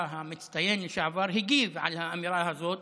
המצטיין לשעבר הגיב על האמירה הזאת,